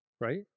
right